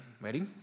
ready